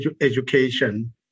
education